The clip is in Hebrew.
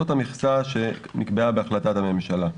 זאת המכסה שנקבעה בהחלטת הממשלה,